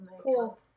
Cool